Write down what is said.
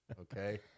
okay